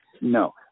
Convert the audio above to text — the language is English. no